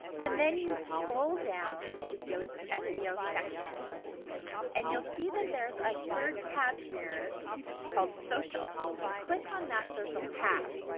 and then you scroll down to the yoast seo section and you'll see that there's a third tab here called social. you click on that social tab